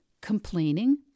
complaining